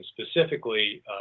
specifically